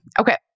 Okay